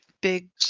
big